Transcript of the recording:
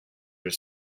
are